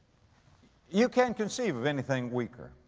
you can't conceive of anything weaker